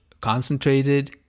concentrated